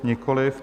Nikoliv.